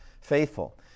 Faithful